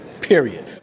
period